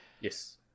Yes